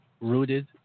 rooted